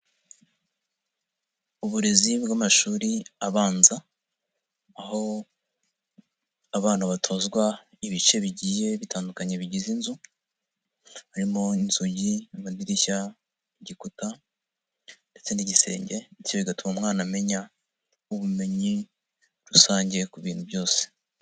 Uburezi bw'amashuri abanza, aho abana batozwa ibice bigiye bitandukanye bigize inzu, harimo inzugi n'amadirishya, igikuta ndetse n'igisenge ndetse bigatuma umwana amenya, ubumenyi rusange ku bintu byose.